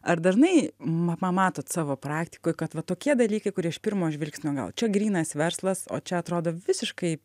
ar dažnai ma pamatot savo praktikoj kad va tokie dalykai kurie iš pirmo žvilgsnio gal čia grynas verslas o čia atrodo visiškai